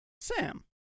Sam